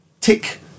tick